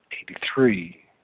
Eighty-three